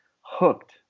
hooked